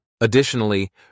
Additionally